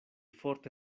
forte